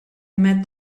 met